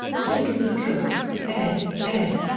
jacob e. cooke, ed, ed.